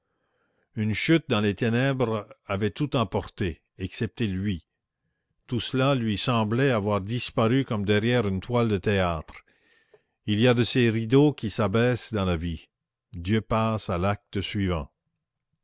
une chute dans les ténèbres avait tout emporté excepté lui tout cela lui semblait avoir disparu comme derrière une toile de théâtre il y a de ces rideaux qui s'abaissent dans la vie dieu passe à l'acte suivant